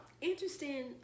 interesting